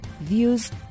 views